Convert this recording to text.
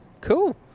Cool